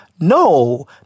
No